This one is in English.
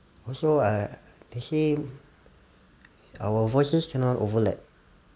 also uh they say our voices cannot overlap